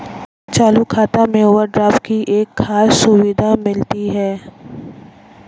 चालू खाता में ओवरड्राफ्ट की एक खास सुविधा मिलती है